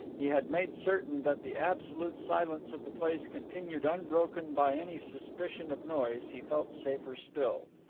he had made certain that the absolute silence of the place continued unbroken by any suspicion of noise, he felt safer still.